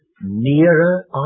nearer